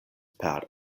per